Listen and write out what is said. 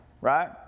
right